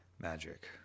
Magic